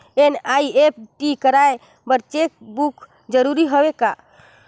NEFT कराय बर cheque book जरूरी हवय का?